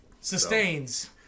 sustains